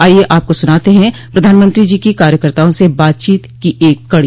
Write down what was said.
आइये आपको सुनाते हैं प्रधानमंत्री जी की कार्यकताओं से बातचीत की एक कड़ी